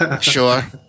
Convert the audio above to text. Sure